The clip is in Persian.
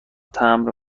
تمبر